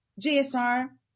JSR